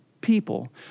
people